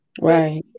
Right